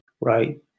right